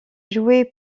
joué